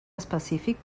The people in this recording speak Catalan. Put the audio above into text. específic